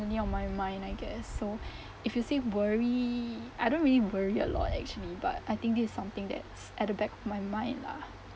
on my mind I guess so if you say worry I don't really worry a lot actually but I think this is something that's at the back of my mind lah